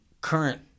current